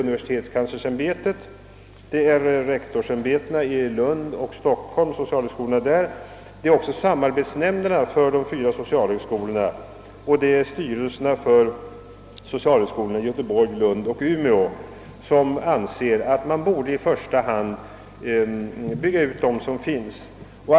Universitetskanslersämbetet, rektorsämbetena för socialhögskolorna i Lund och Stockholm, samarbetsnämnden för de fyra socialhögskolorna samt styrelserna för socialhögskolorna i Göteborg, Lund och Umeå anser att man i första hand borde bygga ut redan befintliga socialhögskolor.